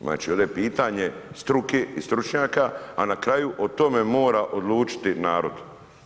Znači ovdje je pitanje struke i stručnjaka a na kraju o tome mora odlučiti narod.